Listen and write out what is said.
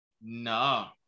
no